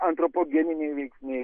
antropogeniniai veiksniai